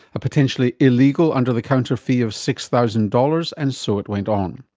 a potentially illegal under-the-counter fee of six thousand dollars. and so it went on.